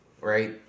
right